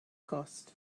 cost